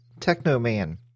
Technoman